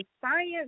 science